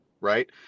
right